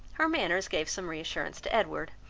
her manners gave some re-assurance to edward,